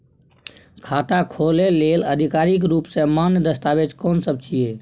खाता खोले लेल आधिकारिक रूप स मान्य दस्तावेज कोन सब छिए?